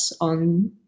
on